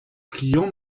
crillon